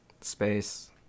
space